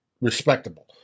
respectable